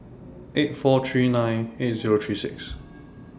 eight four three nine eight Zero three six